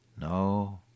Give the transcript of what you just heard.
No